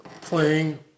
playing